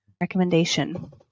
recommendation